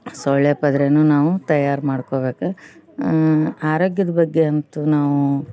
ಸೊಳ್ಳೆ ಪದ್ರನೂ ನಾವು ತಯಾರು ಮಾಡ್ಕೊಳ್ಬೇಕು ಆರೋಗ್ಯದ ಬಗ್ಗೆ ಅಂತೂ ನಾವು